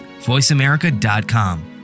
voiceamerica.com